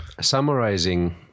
Summarizing